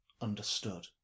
understood